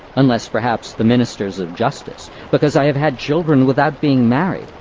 unless, perhaps, the ministers of justice, because i have had children without being married,